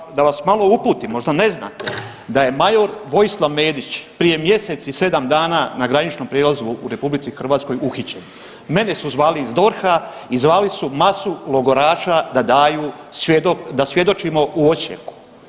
Da vam, da vam, da vas malo uputim, možda ne znate da je major Vojislav Medić prije mjesec i 7 dana na graničnom prijelazu u RH uhićen, mene su zvali iz DORH-a i zvali su masu logoraša da daju, da svjedočimo u Osijeku.